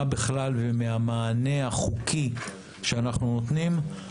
בכלל והמענה החוקי שאנחנו נותנים.